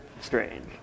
Strange